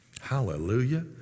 Hallelujah